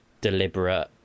deliberate